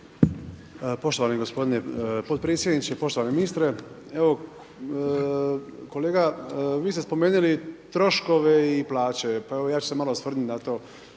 Poštovani gospodine potpredsjedniče. Poštovani ministre. Evo kolega vi ste spomenuli troškove i plaće, pa evo ja ću se malo osvrnuti na to.